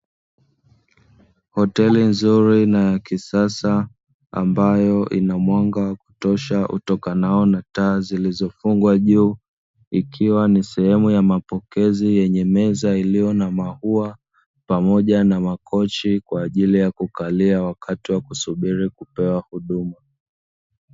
Hoteli nzuri na ya kisasa ambayo ina mwanga wa kutosha utokanao na taa zilizofungwa juu, ikiwa ni sehemu ya mapokezi yenye meza iliyo na maua pamoja na makochi, kwa ajili ya kukalia wakati wa kusubiria kupewa huduma.